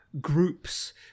groups